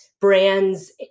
brands